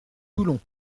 toulon